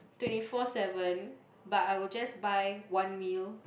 twenty four seven but I will just buy one meal